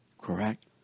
Correct